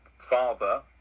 father